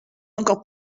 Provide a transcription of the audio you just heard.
encore